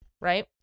Right